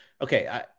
okay